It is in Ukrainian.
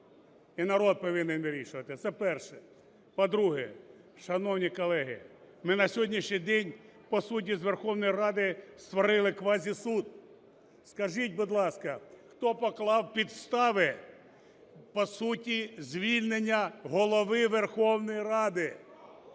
і народ повинен вирішувати. Це перше. По-друге, шановні колеги, ми на сьогоднішній день, по суті, з Верховної Ради створили квазісуд. Скажіть, будь ласка, хто поклав підстави по суті звільнення Голови Верховної Ради?